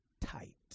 tight